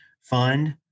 Fund